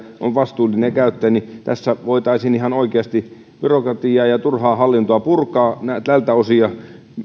on vastuullinen käyttäjä eli tässä voitaisiin ihan oikeasti byrokratiaa ja turhaa hallintoa purkaa tältä osin